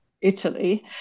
Italy